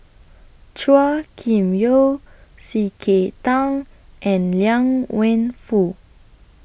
Chua Kim Yeow C K Tang and Liang Wenfu